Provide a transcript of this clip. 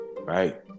right